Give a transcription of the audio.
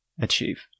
achieve